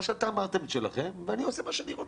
או שאתם אמרתם את שלכם ואני עושה מה שאני רוצה?